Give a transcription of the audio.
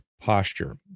posture